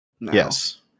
Yes